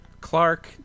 Clark